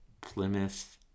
Plymouth